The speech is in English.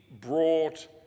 brought